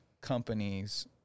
companies